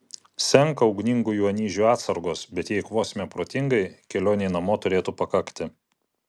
senka ugningųjų anyžių atsargos bet jei eikvosime protingai kelionei namo turėtų pakakti